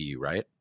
right